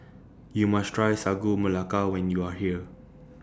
YOU must Try Sagu Melaka when YOU Are here